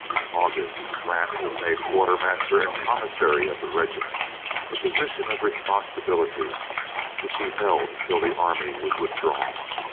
in august, grant was made quartermaster and commissary of the regiment a position of responsibility which he held until the army was withdrawn.